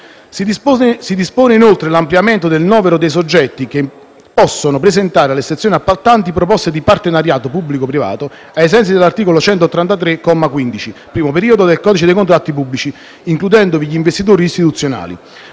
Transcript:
Si dispone altresì l'ampliamento del novero dei soggetti che possono presentare alle stazioni appaltanti proposte di partenariato pubblico-privato, ai sensi dell'articolo 183, comma 15, primo periodo, del codice dei contratti pubblici, includendovi gli investitori istituzionali.